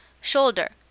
Shoulder